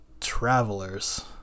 Travelers